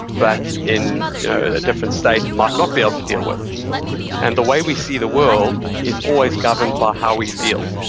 but in a different state might not be able to deal with and the way we see the world is always governed by how we feel.